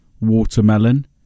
watermelon